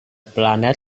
planet